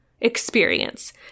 experience